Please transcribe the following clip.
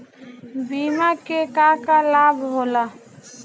बिमा के का का लाभ होला?